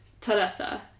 Teresa